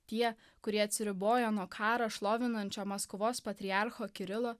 tie kurie atsiribojo nuo karo šlovinančio maskvos patriarcho kirilo